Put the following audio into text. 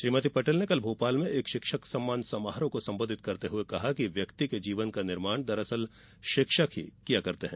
श्रीमती पटेल ने कल भोपाल में एक शिक्षक सम्मान समारोह को सम्बोधित करते हुए कहा कि व्यक्ति के जीवन का निर्माण शिक्षक करता है